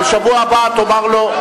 בשבוע הבא תאמר לו,